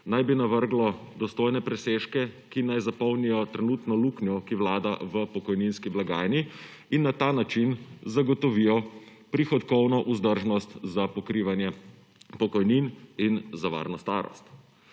naj bi navrglo dostojne presežke, ki naj zapolnijo trenutno luknjo, ki Vlada v pokojninski blagajni in na ta način zagotovijo prihodno vzdržnost za pokrivanje pokojnin in za varno starost.